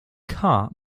cup